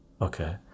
Okay